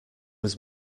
was